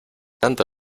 tanto